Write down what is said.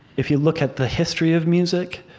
if you look at the history of music,